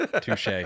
Touche